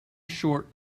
short